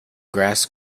grass